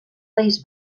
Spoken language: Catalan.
país